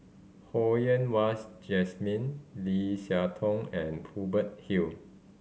Ho Yen Wahs Jesmine Lim Siah Tong and Hubert Hill